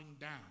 down